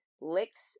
licks